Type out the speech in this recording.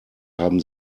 haben